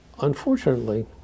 Unfortunately